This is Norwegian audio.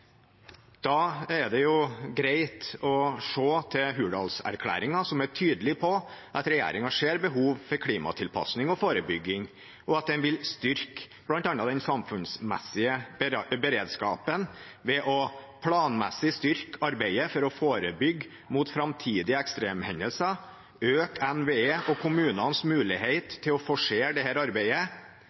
Da er det greit å se til Hurdalsplattformen, som er tydelig på at regjeringen ser behov for klimatilpasning og forebygging, og at en vil styrke bl.a. den samfunnsmessige beredskapen. Regjeringen vil planmessig styrke arbeidet for å forebygge mot framtidige ekstremhendelser, styrke NVEs og kommunenes mulighet til å forsere dette arbeidet,